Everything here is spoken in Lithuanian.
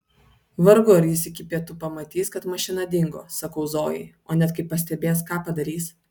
vargu ar jis iki pietų pamatys kad mašina dingo sakau zojai o net kai pastebės ką padarys